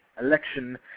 election